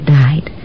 died